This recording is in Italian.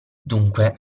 dunque